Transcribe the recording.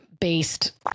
based